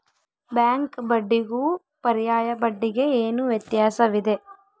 Bank ಬಡ್ಡಿಗೂ ಪರ್ಯಾಯ ಬಡ್ಡಿಗೆ ಏನು ವ್ಯತ್ಯಾಸವಿದೆ?